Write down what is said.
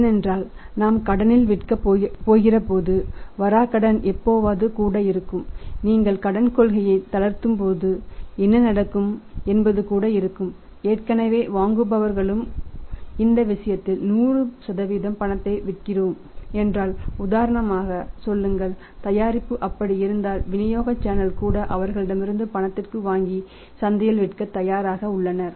ஏனென்றால் நாம் கடனில் விற்கப் போகிறபோது வரா கடன் எப்போதாவது கூட இருக்கும் நீங்கள் கடன் கொள்கையை தளர்த்தும்போது என்ன நடக்கும் என்பது கூட இருக்கும் ஏற்கனவே வாங்குபவர்களும் கூட இந்த விஷயத்தில் 100 பணத்தை விற்கிறோம் என்றால் உதாரணமாக சொல்லுங்கள் தயாரிப்பு அப்படி இருந்தால் விநியோக சேனல் கூட அவர்களிடமிருந்து பணத்திற்கு வாங்கி சந்தையில் விற்க தயாராக உள்ளனர்